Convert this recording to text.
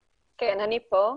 כן, אני פה.